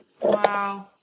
Wow